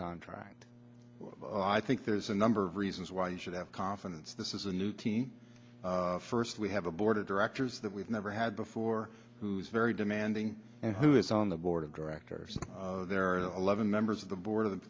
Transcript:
contract i think there's a number of reasons why you should have confidence this is a new team first we have a board of directors that we've never had before who's very demanding and who is on the board of directors there are eleven members of the board of